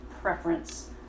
preference